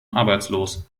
arbeitslos